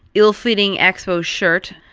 ill-fitting expos shirt,